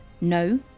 No